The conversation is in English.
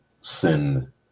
sin